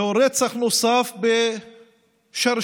זהו רצח נוסף בשרשרת